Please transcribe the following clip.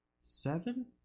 seven